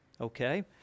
okay